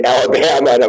Alabama